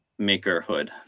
makerhood